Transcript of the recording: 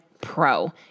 pro